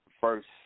first